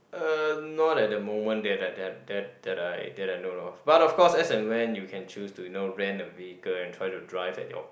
uh not at the moment that that that that I that I know of but of course as and when you can choose to you know rent a vehicle and try to drive at your